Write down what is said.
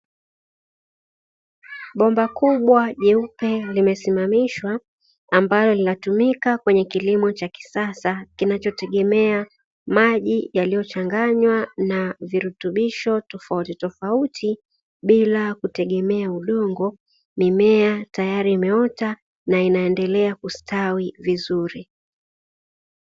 Bomba kubwa jeupe limesimamishwa ambalo linatumika kwenye kilimo cha kisasa kinachotegemea maji yaliyochanganywa na virutubisho tofautitofauti bila kutegemea udongo, mimea tayari imeota na inaendelea kustawi vizuri.